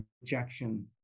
rejection